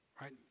Right